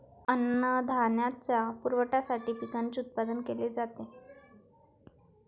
अन्नधान्याच्या पुरवठ्यासाठी पिकांचे उत्पादन केले जाते